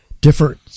different